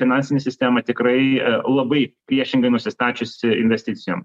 finansinė sistema tikrai labai priešingai nusistačiusi investicijom